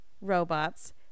robots